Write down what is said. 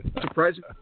surprising